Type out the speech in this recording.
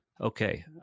okay